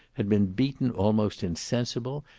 had been beaten almost insensible,